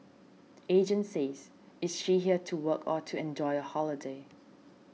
agent says is she here to work or to enjoy a holiday